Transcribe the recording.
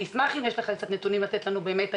אני אשמח אם יש לך נתונים לתת לנו האם